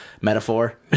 metaphor